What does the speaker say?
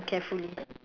carefully